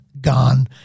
gone